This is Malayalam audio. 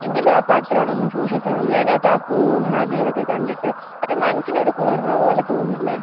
എങ്കിലും ആ പടത്തിലോട്ട് ഒന്ന് സൂക്ഷിച്ച് നോക്കി അതിൻ്റെ അകത്ത് ആ പൂവും നദിയും ഒക്കെ കണ്ടിട്ട് ഒരു മനസ്സിനൊരു കുളിർമ പോലെ തോന്നുന്നില്ലേ